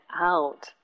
out